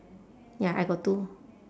ya I got two